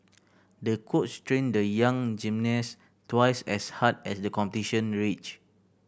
the coach trained the young gymnast twice as hard as the competition reach